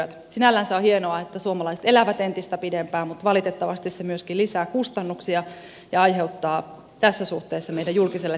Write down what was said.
sinällänsä on hienoa että suomalaiset elävät entistä pidempään mutta valitettavasti se myöskin lisää kustannuksia ja aiheuttaa tässä suhteessa meidän julkiselle taloudelle haasteita